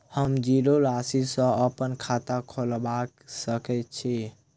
हम जीरो राशि सँ अप्पन खाता खोलबा सकै छी?